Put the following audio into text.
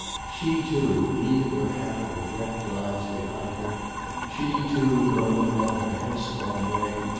she too, leaving her havoc of wrecked lives behind her she too going along her headstrong way,